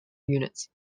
units